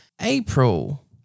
April